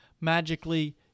magically